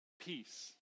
peace